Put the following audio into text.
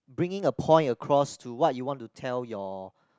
bringing a point across to what you want to tell your